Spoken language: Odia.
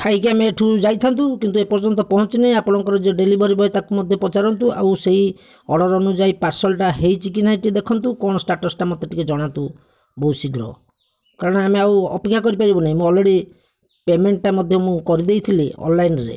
ଖାଇକି ଆମେ ଏଠିରୁ ଯାଇଥାନ୍ତୁ କିନ୍ତୁ ଏପର୍ଯ୍ୟନ୍ତ ପହଁଞ୍ଚିନି ଆପଣଙ୍କର ଯୋଉ ଡ଼େଲିଭରି ବୟ ତାକୁ ମଧ୍ୟ ପଚାରନ୍ତୁ ଆଉ ସେଇ ଅର୍ଡ଼ର୍ ଅନୁଯାଇ ପାର୍ସଲ୍ଟା ହେଇଛି କି ନାଇ ଟିକେ ଦେଖନ୍ତୁ ଷ୍ଟାଟସ୍ଟା ମୋତେ ଟିକେ ଜଣାନ୍ତୁ ବହୁତ ଶୀଘ୍ର କାରଣ ଆମେ ଆଉ ଅପେକ୍ଷା କରିପାରିବୁ ନାଇ ମୁଁ ଅଲ୍ରେଡ଼ି ପେମେଣ୍ଟଟା ମଧ୍ୟ କରିଦେଇଥିଲି ଅନ୍ଲାଇନ୍ରେ